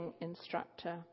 instructor